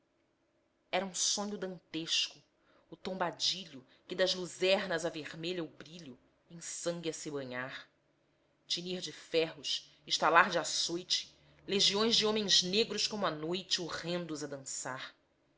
era um sonho dantesco o tombadilho que das luzernas avermelha o brilho em sangue a se banhar tinir de ferros estalar de açoite legiões de homens negros como a noite horrendos a dançar